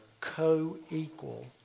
co-equal